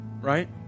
Right